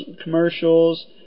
commercials